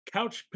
Couch